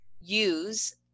use